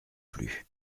plus